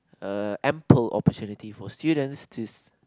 uh ample opportunity for students to